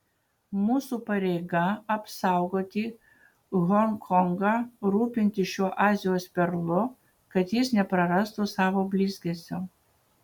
mūsų pareiga apsaugoti honkongą rūpintis šiuo azijos perlu kad jis neprarastų savo blizgesio